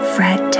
Fred